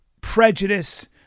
prejudice